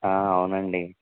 అవును అండి